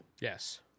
Yes